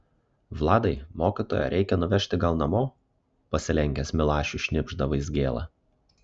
vladai mokytoją reikia nuvežti gal namo pasilenkęs milašiui šnibžda vaizgėla